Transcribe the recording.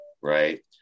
Right